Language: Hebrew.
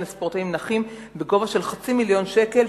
לספורטאים נכים בסכום של חצי מיליון שקל,